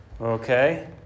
okay